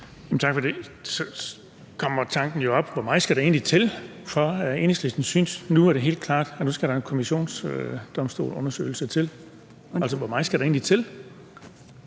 Tak for det. Så kommer tanken jo op: Hvor meget skal der egentlig til, før Enhedslisten synes, at nu er det helt klart og nu skal der en kommissionsundersøgelse til? Kl. 16:17 Første næstformand